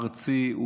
ארצי,